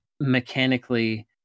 mechanically